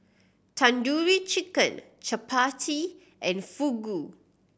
Tandoori Chicken Chapati and Fugu